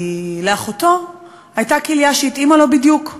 כי לאחותו הייתה כליה שהתאימה לו בדיוק,